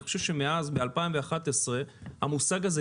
אני חושב שמאז 2011 המושג הזה,